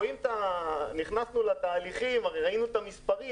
שנכנסנו לתהליכים וראינו את המספרים.